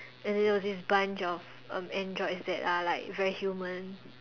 and there was this bunch of of androids that are like very human